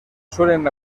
suelen